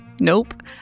Nope